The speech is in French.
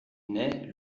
naît